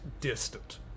distant